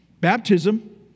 baptism